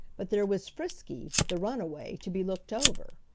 but there was frisky, the runaway, to be looked over.